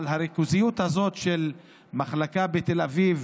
אבל הריכוזיות הזאת של מחלקה בתל אביב,